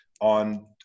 on